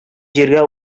җиргә